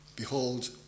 Behold